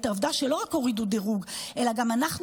העובדה שלא רק הורידו דירוג אלא גם אנחנו